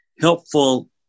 helpful